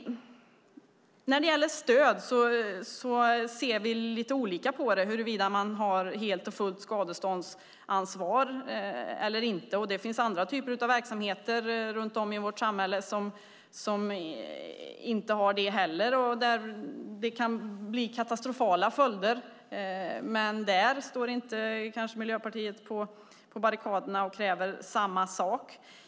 Vi ser lite olika på frågan om stöd, och huruvida man har helt och fullt skadeståndsansvar. Det finns andra typer av verksamhet i samhället som inte har det och där det kan bli katastrofala följder. Där står inte Miljöpartiet på barrikaderna med några krav.